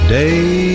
day